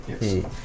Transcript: Yes